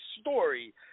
story